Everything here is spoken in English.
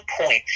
point